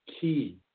key